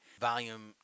volume